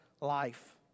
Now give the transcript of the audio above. life